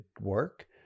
work